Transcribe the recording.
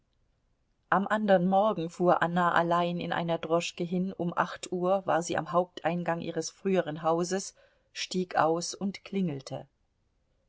am andern morgen fuhr anna allein in einer droschke hin um acht uhr war sie am haupteingang ihres früheren hauses stieg aus und klingelte